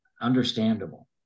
understandable